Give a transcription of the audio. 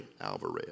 Alvarez